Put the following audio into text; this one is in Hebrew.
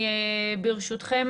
ברשותכם,